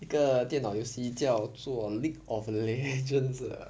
一个电脑游戏叫做 league of legends ah